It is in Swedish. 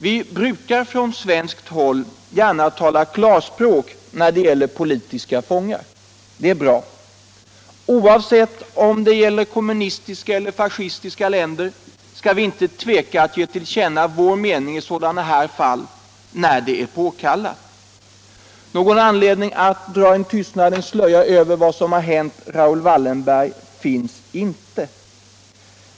Vi brukar från svenskt håll gärna tala klarspråk när det gäller politiska fångar. Det är bra. Oavsett om det gäller kommunistiska eller fascistiska länder skall vi inte tveka att ge till känna vår mening i sådana här fall när det är påkallat. Någon anledning att dra en tystnadens slöja över vad som hänt Raoul Wallenberg finns inte.